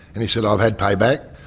and he said, i've had payback.